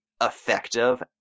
effective